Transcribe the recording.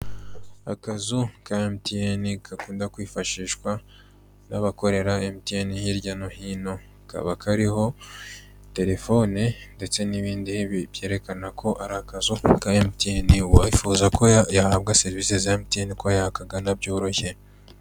Akazu ka MTN gakunda kwifashishwa n'abakorera MTN hirya no hino, kaba kariho telefone ndetse n'ibindi byerekana ko ari akazu ka MTN, uwifuzako yahabwa serivise za MTN ko yakagana byoroshye.